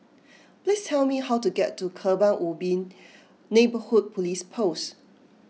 please tell me how to get to Kebun Ubi Neighbourhood Police Post